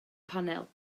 panel